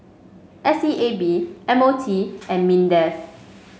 S E A B M O T and Mindef